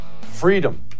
Freedom